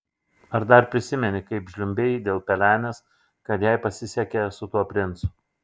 ar dar prisimeni kaip žliumbei dėl pelenės kad jai pasisekė su tuo princu